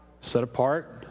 Set-apart